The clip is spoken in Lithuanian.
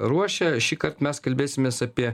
ruošia šįkart mes kalbėsimės apie